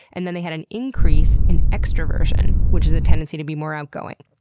and then they had an increase in extroversion, which is a tendency to be more outgoing.